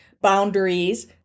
boundaries